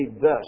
thus